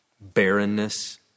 barrenness